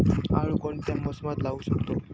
आळू कोणत्या मोसमात लावू शकतो?